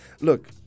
look